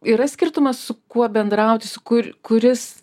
yra skirtumas su kuo bendrauti su kur kuris